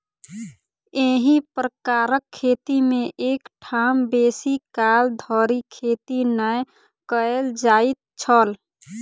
एही प्रकारक खेती मे एक ठाम बेसी काल धरि खेती नै कयल जाइत छल